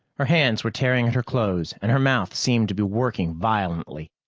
her hands were tearing at her clothes and her mouth seemed to be working violently.